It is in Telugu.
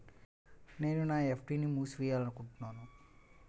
నేను నా ఎఫ్.డీ ని మూసివేయాలనుకుంటున్నాను